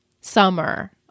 Summer